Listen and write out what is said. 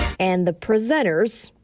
and the presenters.